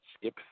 skip